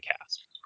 cast